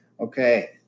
Okay